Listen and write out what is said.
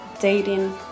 dating